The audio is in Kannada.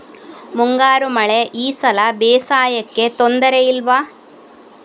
ಮುಂಗಾರು ಮಳೆ ಈ ಸಲ ಬೇಸಾಯಕ್ಕೆ ತೊಂದರೆ ಇಲ್ವ?